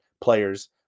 players